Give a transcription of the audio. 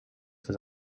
zur